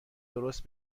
درست